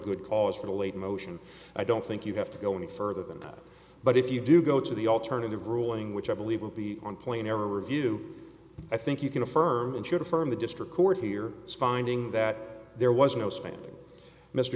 good cause for the late motion i don't think you have to go any further than that but if you do go to the alternative ruling which i believe will be on plane or review i think you can affirm and should affirm the district court here finding that there was no spending mr